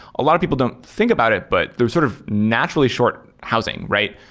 a lot of people don't think about it, but there's sort of naturally short housing, right?